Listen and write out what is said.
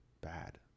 bad